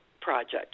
Project